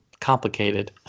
complicated